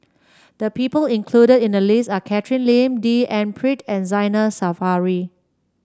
the people included in the list are Catherine Lim D N Pritt and Zainal Sapari